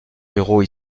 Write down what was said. ruraux